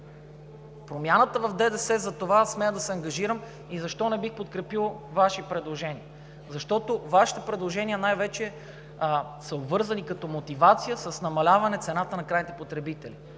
Промяната в ДДС – за това смея да се ангажирам, и защо не бих подкрепил Вашите предложения? Защото Вашите предложения най-вече са обвързани като мотивация с намаляване на цената за крайните потребители.